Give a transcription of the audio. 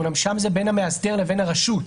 אבל שם זה בין המאסדר לבין הרשות.